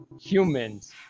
humans